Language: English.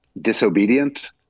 disobedient